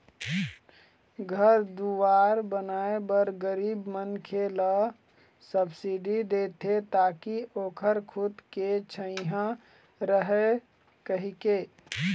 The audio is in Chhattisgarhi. घर दुवार बनाए बर गरीब मनखे ल सब्सिडी देथे ताकि ओखर खुद के छइहाँ रहय कहिके